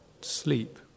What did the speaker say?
sleep